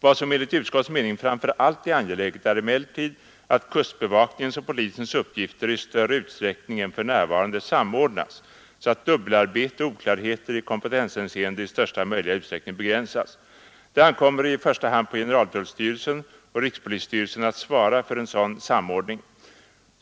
Vad som enligt utskottets mening framför allt är angeläget är emellertid att kustbevakningens och polisens uppgifter i större utsträckning än för närvarande samordnas så att dubbelarbete och oklarheter i kompetenshänseende i största möjliga utsträckning begränsas. Det ankommer i första hand på generaltullstyrelsen och rikspolisstyrelsen att svara för en sådan samordning.